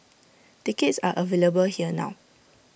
tickets are available here now